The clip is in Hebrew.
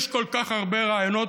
יש כל כך הרבה רעיונות,